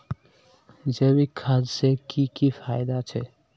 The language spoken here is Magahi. जैविक खाद से की की फायदा छे?